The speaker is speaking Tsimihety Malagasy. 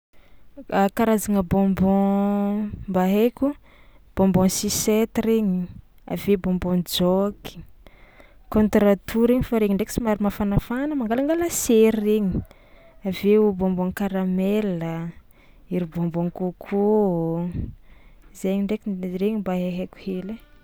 A karazagna bonbon mba haiko: bonbon sucette regny, avy eo bonbon jok, contre-tout regny fô regny ndraiky somary mafanafana mangalangala sery regny, avy eo bonbon caramel a, ery bonbon coco, zay ndraiky le regny mba haihaiko hely ai.